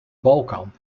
balkan